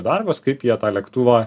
darbas kaip jie tą lėktuvą